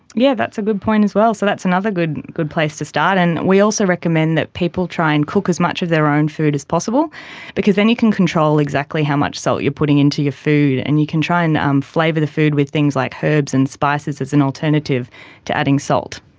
yeah that's a good point as well, so that's another good good place to start. and we also recommend that people try and cook as much of their own food as possible because then you can control exactly how much salt you are putting into your food and you can try and um flavour the food with things like herbs and spices as an alternative to adding salt.